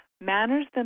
manners